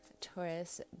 Taurus